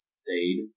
stayed